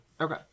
Okay